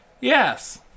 Yes